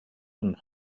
and